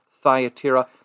Thyatira